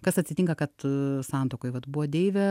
kas atsitinka kad santuokoj vat buvo deivė